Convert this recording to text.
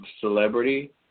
celebrity